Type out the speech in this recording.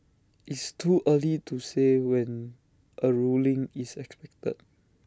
it's too early to say when A ruling is expected